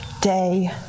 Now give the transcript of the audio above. day